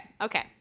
okay